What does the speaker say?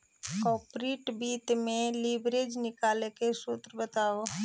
corporate वित्त में leverage निकाले के सूत्र बताओ